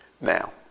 Now